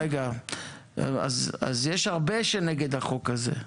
אז יש הרבה שנגד החוק הזה,